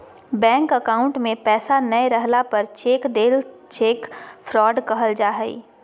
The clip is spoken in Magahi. बैंक अकाउंट में पैसा नय रहला पर चेक देल चेक फ्रॉड कहल जा हइ